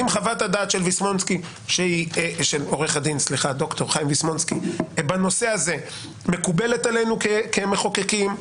אם חוות הדעת של עו"ד חיים ויסמונסקי בנושא הזה מקובלת עלינו כמחוקקים,